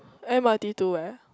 m_r_t to where